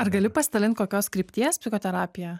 ar gali pasidalint kokios krypties psichoterapija